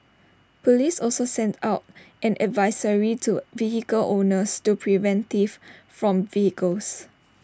Police also sent out an advisory to vehicle owners to prevent theft from vehicles